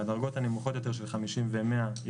בדרגות הנמוכות יותר של חמישים ומאה אחוזים,